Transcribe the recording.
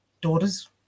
daughter's